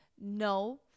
no